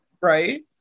right